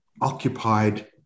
occupied